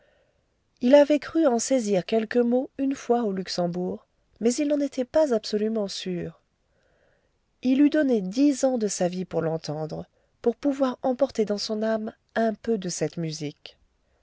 il avait cru en saisir quelques mots une fois au luxembourg mais il n'en était pas absolument sûr il eût donné dix ans de sa vie pour l'entendre pour pouvoir emporter dans son âme un peu de cette musique